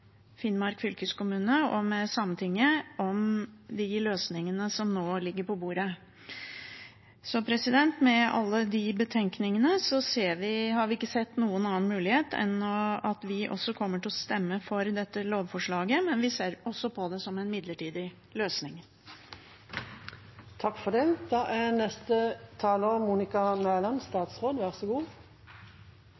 Finnmark fylkeskommune og med Sametinget om de løsningene som nå ligger på bordet. Med alle de betenkningene har vi ikke sett noen annen mulighet enn å stemme for dette lovforslaget, men vi ser også på det som en midlertidig løsning. Som følge av Stortingets vedtak av 8. juni 2017 om regionreformen skal Troms og Finnmark altså slås sammen fra 1. januar 2020. Sammenslåingen gjør det